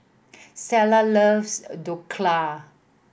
Stella loves Dhokla